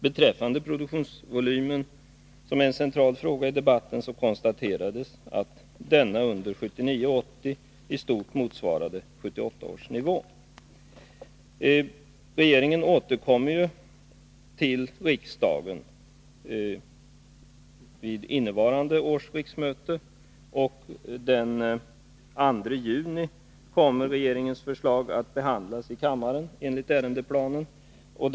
Beträffande produktionsvolymen, som är en central fråga i debatten, konstaterades att denna under 1979/80 i stort sett motsvarade 1978 års nivå. Regeringen har återkommit till riksdagen vid innevarande års riksmöte, och regeringens förslag kommer enligt ärendeplanen att behandlas i kammaren den 2 juni.